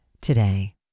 today